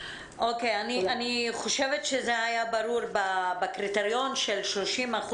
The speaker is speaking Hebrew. אני חושבת שזה היה ברור שבקריטריון של 30%